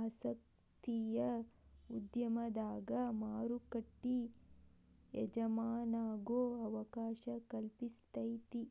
ಆಸಕ್ತಿಯ ಉದ್ಯಮದಾಗ ಮಾರುಕಟ್ಟಿ ಎಜಮಾನಾಗೊ ಅವಕಾಶ ಕಲ್ಪಿಸ್ತೆತಿ